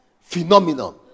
phenomenon